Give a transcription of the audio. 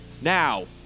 Now